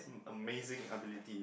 amazing ability